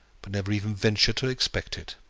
but never even venture to expect it.